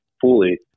fully